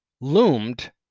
loomed